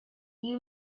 you